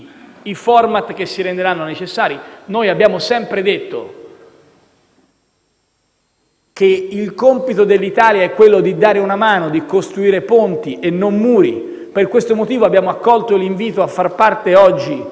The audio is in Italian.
i *format* che si renderanno necessari. Noi abbiamo sempre detto che il compito dell'Italia è quello di dare una mano, di costruire ponti e non muri. Per questo motivo abbiamo accolto l'invito a far parte oggi